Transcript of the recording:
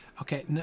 Okay